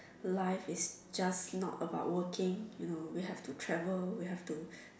life is just not about working you know we have to travel we have to